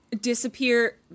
disappear